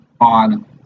on